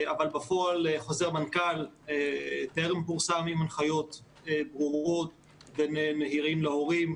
אבל בפועל חוזר מנכ"ל טרם פורסם עם הנחיות ברורות ונהירות להורים.